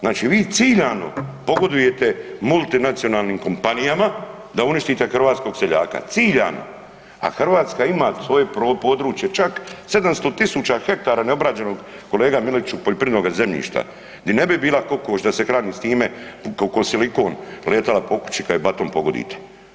Znači vi ciljano pogodujete multinacionalnim kompanijama da uništite hrvatskog seljaka, ciljano, a Hrvatska ima svoje područje čak 700.000 hektara neobrađenog, kolega Miletiću, poljoprivrednoga zemljišta di ne bi bila kokoš da se hrani s time ko silikon letala po kući kad je batom pogodite.